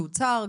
שהוצהר,